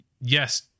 Yes